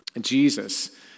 Jesus